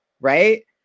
right